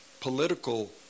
political